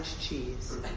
cheese